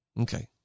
Okay